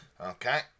Okay